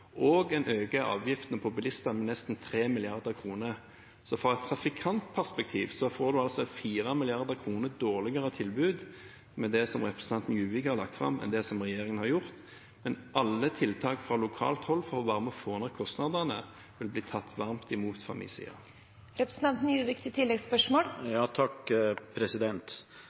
og øker avgiftene for bilistene med nesten 3 mrd. kr. Så fra et trafikantperspektiv får man altså et tilbud som er 4 mrd. kr dårligere med det som representanten Juvik har lagt fram, enn med det som regjeringen har foreslått. Men alle tiltak fra lokalt hold for å få ned kostnadene vil bli tatt varmt imot